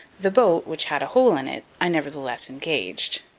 the boat, which had a hole in it, i nevertheless engaged.